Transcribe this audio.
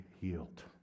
healed